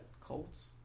Colts